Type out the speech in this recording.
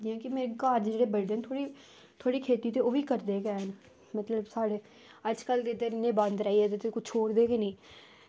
लेकिन एह् घर जेह्ड़े बंदे न एह् थोह्ड़ी ते थोह्ड़ी खेती ते ओह्बी करदे न ते मतलब साढ़े अज्जकल ते साढ़े बांदर आई गेदे जेह्ड़े कुछ छोड़दे गे नेईं